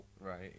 Right